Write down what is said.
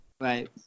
right